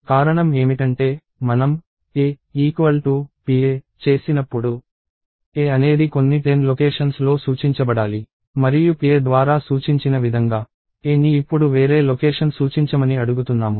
కారణం ఏమిటంటే మనం a pa చేసినప్పుడు a అనేది కొన్ని 10 లొకేషన్స్ లో సూచించబడాలి మరియు pa ద్వారా సూచించిన విధంగా a ని ఇప్పుడు వేరే లొకేషన్ సూచించమని అడుగుతున్నాము